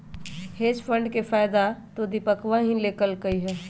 hedge fund के फायदा तो दीपकवा ही लेल कई है